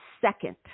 second